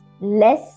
less